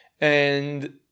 And-